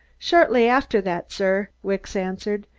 shortly after that, sir, wicks answered.